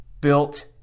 built